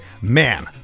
man